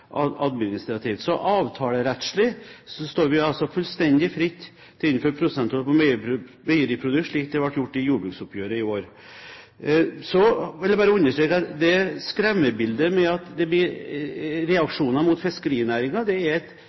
administrativt. Avtalerettslig står vi altså fullstendig fritt til å innføre prosenttoll på meieriprodukter, slik det ble gjort i jordbruksoppgjøret i vår. Så vil jeg bare understreke at det skremmebildet at det blir reaksjoner mot fiskerinæringen, er et tenkt skremmebilde. Det